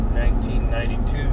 1992